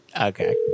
Okay